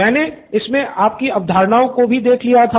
मैंने इसमे आपकी अवधारणाओ को भी देख लिया था